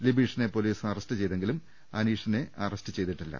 ലിബീഷിനെ police arrest ചെയ്തെങ്കിലും അനീഷിനെ arrest ചെയ്തിട്ടില്ല